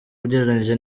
ugereranyije